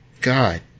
God